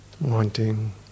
wanting